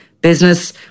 business